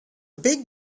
big